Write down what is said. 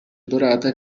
dorata